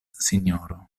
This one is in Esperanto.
sinjoro